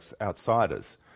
outsiders